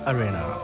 Arena